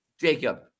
Jacob